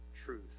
truth